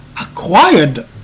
acquired